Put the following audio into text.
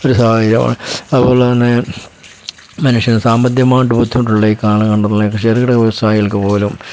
ഒരു സാഹചര്യമാണ് അതുപോലെതന്നെ മനുഷ്യന് സാമ്പത്തികമായിട്ട് ബുദ്ധിമുട്ടുള്ള ഈ കാലഘട്ടത്തിൽ ചെറുകിട വ്യവസായികൾക്കു പോലും